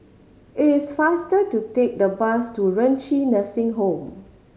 it is faster to take the bus to Renci Nursing Home